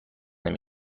نمی